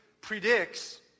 predicts